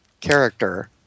character